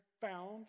found